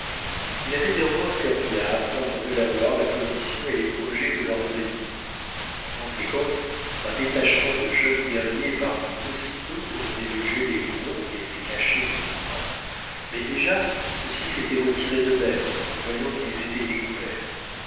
il avait néanmoins servi à apprendre aux delawares la position et les projets de leurs ennemis en conséquence un détachement de jeunes guerriers partit aussitôt pour déloger les hurons qui étaient cachés dans le bois mais déjà ceux-ci s'étaient retirés d'eux-mêmes en voyant qu'ils étaient découverts